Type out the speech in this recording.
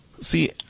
See